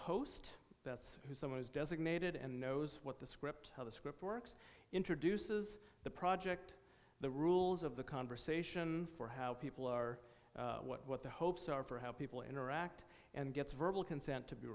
host that's who someone is designated and knows what the script how the script works introduces the project the rules of the conversation for how people are what their hopes are for how people interact and gets verbal consent to be